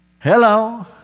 Hello